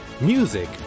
music